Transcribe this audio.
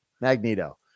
Magneto